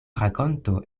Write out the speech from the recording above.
rakonto